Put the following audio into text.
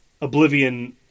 Oblivion